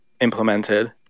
implemented